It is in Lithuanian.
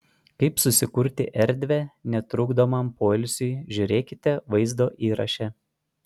kaip susikurti erdvę netrukdomam poilsiui žiūrėkite vaizdo įraše